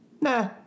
Nah